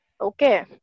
okay